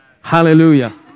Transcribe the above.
Hallelujah